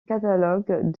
catalogue